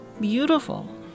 beautiful